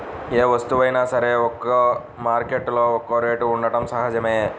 ఏ వస్తువైనా సరే ఒక్కో మార్కెట్టులో ఒక్కో రేటు ఉండటం సహజమే